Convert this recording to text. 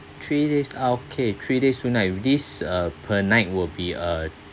three days okay three days two night with this uh per night will be uh